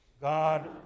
God